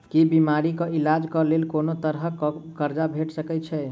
की बीमारी कऽ इलाज कऽ लेल कोनो तरह कऽ कर्जा भेट सकय छई?